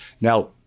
Now